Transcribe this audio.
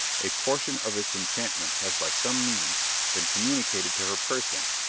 a portion of its enchantment has by some means been communicated to her person,